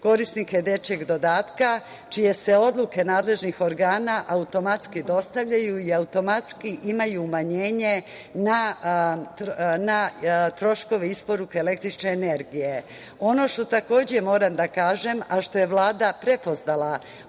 korisnike dečijeg dodatka, čije se odluke nadležnih organa automatski dostavljaju i automatski imaju umanjenje na troškove isporuke električne energije. Ono što takođe moram da kažem, a što je Vlada prepoznala